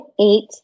eight